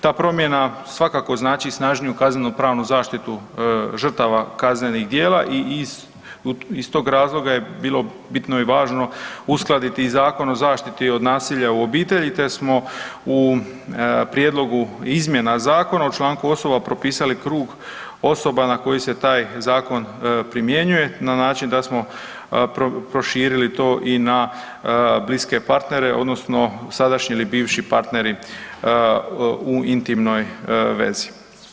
Ta promjena svakako znači snažniju kaznenopravnu zaštitu žrtava kaznenih djela i iz tog razloga bilo je bitno i važno uskladiti i Zakon o zaštiti od nasilja u obitelji te smo u prijedlogu izmjena zakona o članku osoba propisali krug osoba na koji se taj zakon primjenjuje na način da smo proširili to i na bliske partnere odnosno sadašnji ili bivši partneri u intimnoj vezi.